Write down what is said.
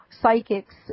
psychics